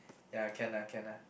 ya can ah can ah